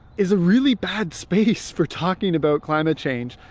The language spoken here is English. is a really bad space for talking about climate change.